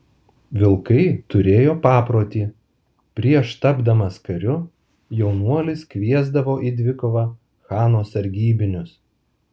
vilkai turėjo paprotį prieš tapdamas kariu jaunuolis kviesdavo į dvikovą chano sargybinius